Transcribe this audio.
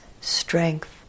strength